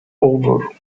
over